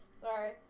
sorry